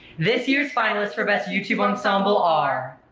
this year's finalist for best youtube ensemble are